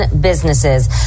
businesses